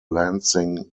lansing